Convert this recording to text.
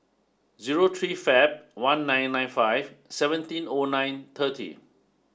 zero three Feb one nine nine five seventeen O nine thirty